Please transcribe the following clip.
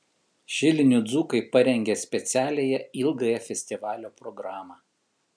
šilinių dzūkai parengė specialią ilgąją festivalio programą